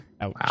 wow